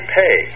pay